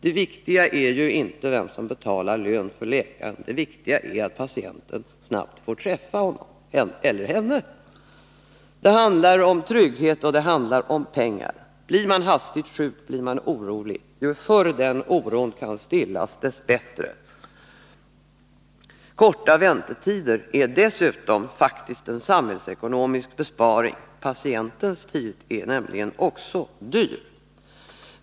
Det viktiga är ju inte vem som betalar läkarens lön, utan det viktiga är att patienten snabbt får träffa honom eller henne. Det handlar om trygghet, och det handlar om pengar. Blir man hastigt sjuk, blir man orolig. Ju förr den oron kan stillas, dess bättre. Korta väntetider är dessutom faktiskt en samhällsekonomisk besparing; patientens tid är nämligen också dyr.